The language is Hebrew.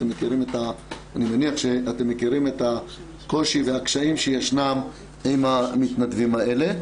אני מניח שאתם מכירים את הקושי והקשיים שישנם עם המתנדבים האלה.